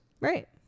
right